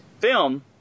film